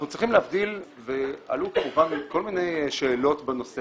אנחנו צריכים להבדיל ועלו כמובן כל מיני שאלות בנושא